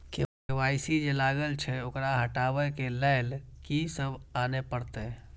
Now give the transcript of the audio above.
KYC जे लागल छै ओकरा हटाबै के लैल की सब आने परतै?